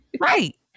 Right